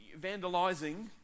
vandalizing